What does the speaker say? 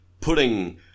putting